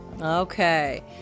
Okay